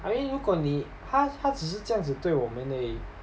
I mean 如果你他他只是这样子对我们 leh